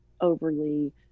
overly